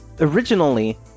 Originally